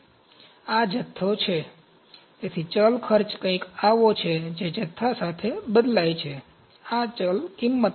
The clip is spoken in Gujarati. તેથી આ અહીં જથ્થો છે તેથી ચલ ખર્ચ કંઈક આવો છે જે જથ્થા સાથે બદલાય છે આ ચલ કિંમત છે